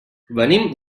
venim